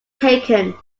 taken